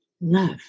love